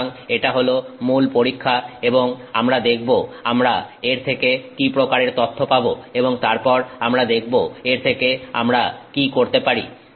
সুতরাং এটা হল মূল পরীক্ষা এবং আমরা দেখব আমরা এর থেকে কি প্রকারের তথ্য পাবো এবং তারপর আমরা দেখব এর থেকে আমরা কি করতে পারি